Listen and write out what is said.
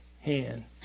hand